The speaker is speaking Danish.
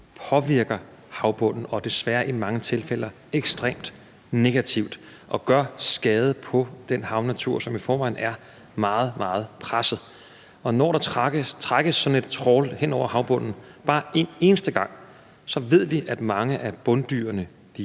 påvirker havbunden og desværre i mange tilfælde ekstremt negativt og gør skade på den havnatur, som i forvejen er meget, meget presset. Og når der trækkes sådan et trawl hen over havbunden bare en eneste gang, ved vi, at mange af bunddyrene